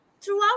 throughout